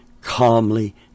calmly